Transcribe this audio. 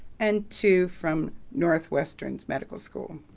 and two from northwestern medical school.